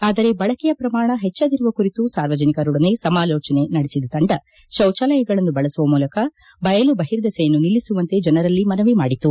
ಆದರೆ ಬಳಕೆಯ ಪ್ರಮಾಣ ಹೆಚ್ಚದಿರುವ ಕುರಿತು ಸಾರ್ವಜನಿಕರೊಡನೆ ಸಮಾಲೋಚನೆ ನಡೆಸಿದ ತಂಡ ಶೌಚಾಲಯಗಳನ್ನು ಬಳಸುವ ಮೂಲಕ ಬಯಲು ಬಹಿರ್ದೆಸೆಯನ್ನು ನಿಲ್ಲಿಸುವಂತೆ ಜನರಲ್ಲಿ ಮನವಿ ಮಾಡಿತು